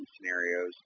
scenarios